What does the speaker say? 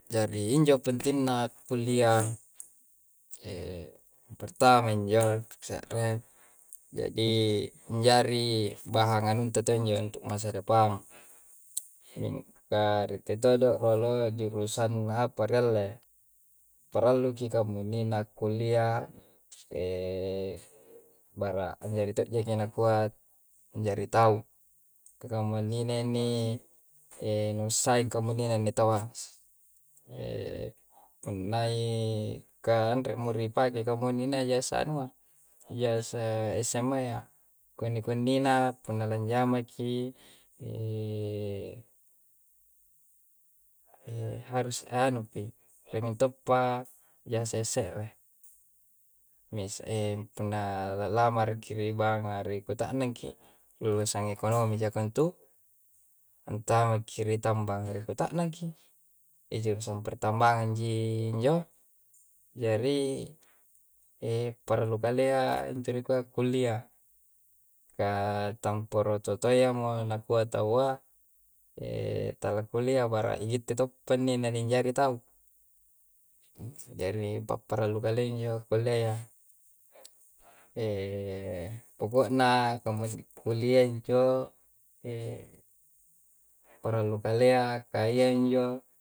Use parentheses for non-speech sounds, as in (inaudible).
Jari injo pentingna kullia (hesitation) pertama injo, se're, jadi anjari bahang anunta to, injo untuk masa depang. Mingka ritte todo' rolo jurusang apa rialle. Parallu ki kamunnina akkullia (hesitation) bara' anjari tojjaki nakua, anjari tau. Kamunnina inni, e nussaing kamunnina inni taua, (hesitation) punna i, ka anre mo ripake kamunnina ijaza anua, ijazaa esemmayya. Kunni-kunni na punna lanjamaki, (hesitation) harus anu pi, rie' mintoppa ijazah es-se're. Mis (hesitation) punna la lamaraki ri bangnga, rikuta'nang ki, lulusan ekonomi jeko ntu? Antamakki ri tambanga, rikuta'nangki. E jurusang pertambangang ji injo? Jari e parallu kalea' intu rikua akkullia. Ka tamporo tutoayya mo na kua taua, (hesitation) talakkulia, bara' igitte toppa inni naninjari tau. Jari papparallu kalea njo kulliayya. (hesitation) poko'na kamunni kulliayya njo (hesitation) parallu kalea ka iyya injo.